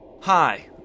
Hi